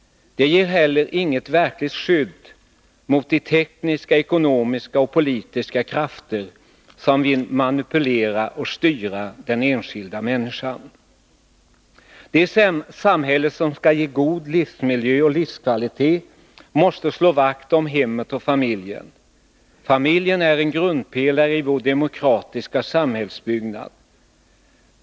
De ger heller inget verkligt skydd mot de tekniska, ekonomiska och politiska krafter som vill manipulera och styra den enskilda människan. Det samhälle som skall ge god livsmiljö och livskvalitet måste slå vakt om hemmet och familjen. Familjen är en grundpelare i vår demokratiska samhällsbyggnad.